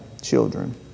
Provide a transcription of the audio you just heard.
children